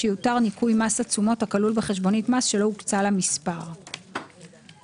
שיותר ניכוי מס התשומות הכלול בחשבונית מס שלא הוקצה לה מספר."; בהמשך,